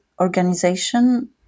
organization